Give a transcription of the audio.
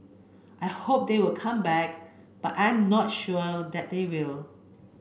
I hope they will come back but I'm not sure that they will